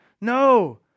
No